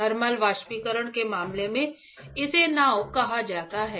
thermal वाष्पीकरण के मामले में इसे नाव कहा जाता है